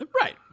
Right